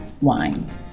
wine